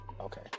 Okay